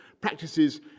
practices